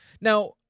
now